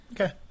Okay